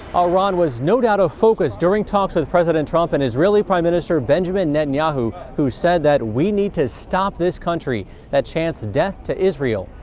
ah iran was no doubt a focus during talks with president trump and israeli prime minister benjamin netanyahu, who said that we need to stop this country that chants death to israel,